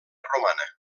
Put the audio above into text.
romana